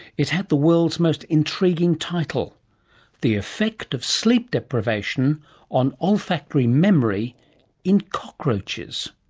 it had the world's most intriguing title the effect of sleep deprivation on olfactory memory in cockroaches.